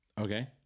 okay